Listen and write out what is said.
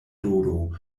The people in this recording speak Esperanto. dodo